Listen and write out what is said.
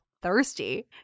thirsty